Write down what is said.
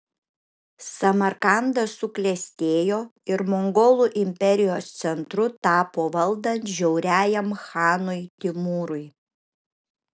samarkandas suklestėjo ir mongolų imperijos centru tapo valdant žiauriajam chanui timūrui